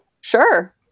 sure